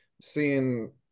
seeing